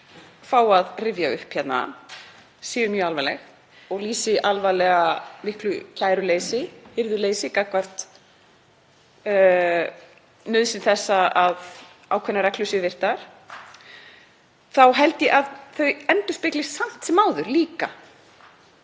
fá að rifja upp hérna séu mjög alvarleg og lýsi alvarlega miklu kæruleysi, hirðuleysi gagnvart nauðsyn þess að ákveðnar reglur séu virtar, þá held ég að þau endurspegli samt sem áður líka,